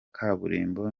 kaburimbo